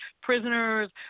prisoners